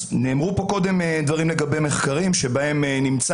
נאמרו כאן קודם דברים לגבי מחקרים מהם עולה